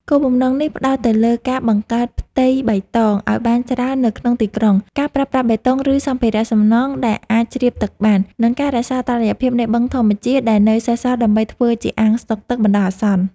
គោលគំនិតនេះផ្តោតទៅលើការបង្កើតផ្ទៃបៃតងឱ្យបានច្រើននៅក្នុងទីក្រុង ការប្រើប្រាស់បេតុងឬសម្ភារៈសំណង់ដែលអាចជ្រាបទឹកបាន និងការរក្សាតុល្យភាពនៃបឹងធម្មជាតិដែលនៅសេសសល់ដើម្បីធ្វើជាអាងស្តុកទឹកបណ្ដោះអាសន្ន។